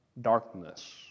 darkness